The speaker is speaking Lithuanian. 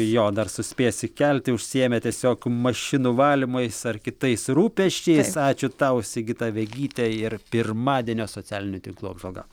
jo dar suspės įkelti užsiėmę tiesiog mašinų valymais ar kitais rūpesčiai ačiū tau sigita vegyte ir pirmadienio socialinių tinklų apžvalga